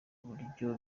buryo